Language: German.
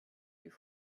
die